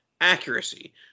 accuracy